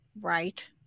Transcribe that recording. Right